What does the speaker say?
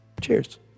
Cheers